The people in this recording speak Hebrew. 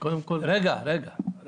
כאשר